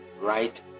right